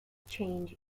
change